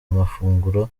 amafunguro